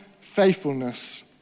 faithfulness